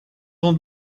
ont